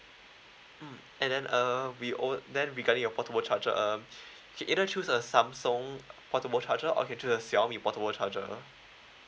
mm and then err we ow~ then regarding your portable charger um okay either choose a Samsung portable charger or can choose the Xiaomi portable charger